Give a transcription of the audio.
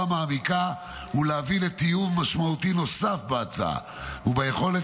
מעמיקה ולהביא לטיוב משמעותי נוסף בהצעה וביכולת